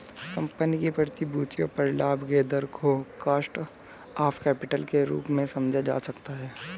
company की प्रतिभूतियों पर लाभ के दर को कॉस्ट ऑफ कैपिटल के रूप में समझा जा सकता है